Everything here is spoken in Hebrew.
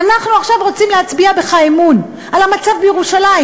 אנחנו עכשיו רוצים להצביע לך אמון על המצב בירושלים.